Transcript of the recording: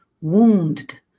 wounded